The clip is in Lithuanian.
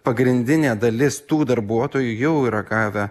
pagrindinė dalis tų darbuotojų jau yra gavę